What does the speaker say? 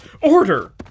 Order